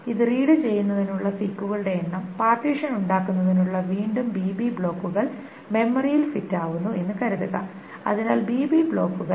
ഇത് റീഡ് ചെയ്യുന്നതിനുള്ള സീക്കുകളുടെ എണ്ണം പാർട്ടീഷൻ ഉണ്ടാക്കുന്നതിനുള്ള വീണ്ടും bb ബ്ലോക്കുകൾ മെമ്മറിയിൽ ഫിറ്റ് ആവുന്നു എന്ന് കരുതുക അതിനാൽ bb ബ്ലോക്കുകൾ